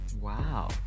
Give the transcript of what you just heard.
Wow